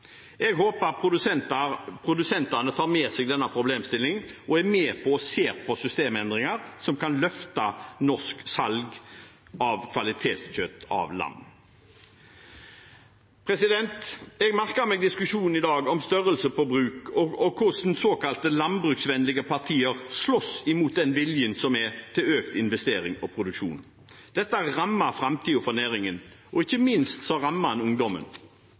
Jeg håper produsentene tar med seg denne problemstillingen og er med og ser på systemendringer som kan løfte norsk salg av kvalitetskjøtt av lam. Jeg merker meg diskusjonen i dag om størrelsen på bruk og hvordan såkalte landbruksvennlige partier slåss mot den viljen som er til økt investering og produksjon. Dette vil ramme framtiden for næringen, og ikke minst rammer det ungdommen.